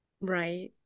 Right